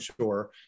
sure